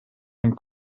and